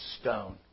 stone